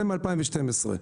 זה מ-2012.